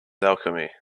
alchemy